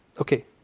Okay